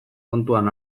kontuan